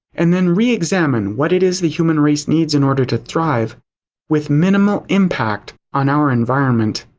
and then re-examine what it is the human race needs in order to thrive with minimal impact on our environment.